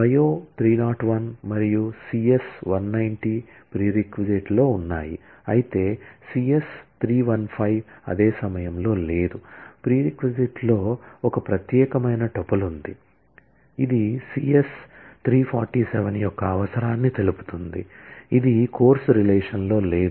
bio 301 మరియు CS 190 ప్రీరెక్లో ఉన్నాయి అయితే సిఎస్ 315 అదే సమయంలో లేదు ప్రీరెక్లో ఒక ప్రత్యేకమైన టుపుల్ ఉంది ఇది సిఎస్ 347 యొక్క అవసరాన్ని తెలుపుతుంది ఇది కోర్సు రిలేషన్ లో లేదు